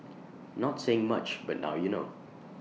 not saying much but now you know